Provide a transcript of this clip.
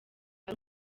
ari